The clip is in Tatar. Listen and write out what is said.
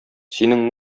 синең